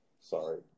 Sorry